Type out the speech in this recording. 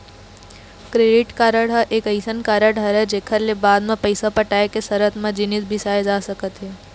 credit card ह एक अइसन कारड हरय जेखर ले बाद म पइसा पटाय के सरत म जिनिस बिसाए जा सकत हे